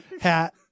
hat